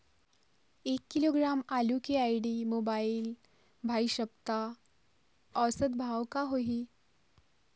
एक किलोग्राम आलू के आईडी, मोबाइल, भाई सप्ता औसत भाव का होही?